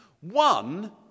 One